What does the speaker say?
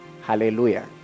Hallelujah